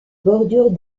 bordures